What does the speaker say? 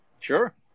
Sure